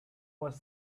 was